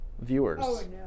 viewers